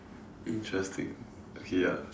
interesting okay ya